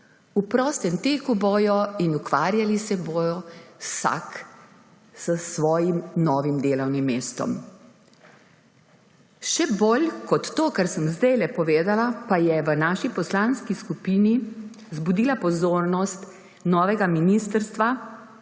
V prostem teku bodo in ukvarjali se bodo vsak s svojim novim delovnim mestom. Še bolj kot to, kar sem zdajle povedala, pa je v naši poslanski skupini zbudila pozornost novega ministrstva,